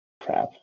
Crap